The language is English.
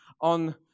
on